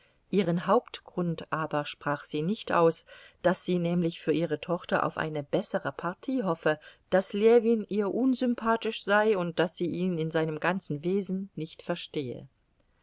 ihren hauptgrund aber sprach sie nicht aus daß sie nämlich für ihre tochter auf eine bessere partie hoffe daß ljewin ihr unsympathisch sei und daß sie ihn in seinem ganzen wesen nicht verstehe